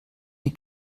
die